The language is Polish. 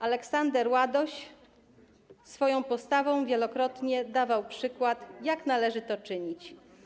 Aleksander Ładoś swoją postawą wielokrotnie dawał przykład, jak należy to czynić.